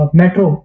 metro